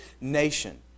nation